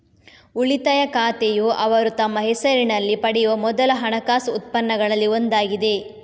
ಉಳಿತಾಯ ಖಾತೆಯುಅವರು ತಮ್ಮ ಹೆಸರಿನಲ್ಲಿ ಪಡೆಯುವ ಮೊದಲ ಹಣಕಾಸು ಉತ್ಪನ್ನಗಳಲ್ಲಿ ಒಂದಾಗಿದೆ